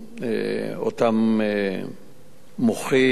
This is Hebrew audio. אותם מוחים,